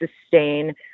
sustain